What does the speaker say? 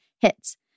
hits